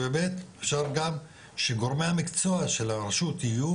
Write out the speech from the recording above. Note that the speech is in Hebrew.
ו-ב' אפשר גם שגורמי המקצוע של הרשות יהיו